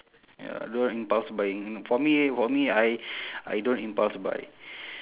ya don't impulse buy for me for me I I don't impulse buy